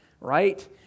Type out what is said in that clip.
right